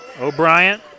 O'Brien